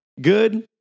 Good